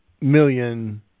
million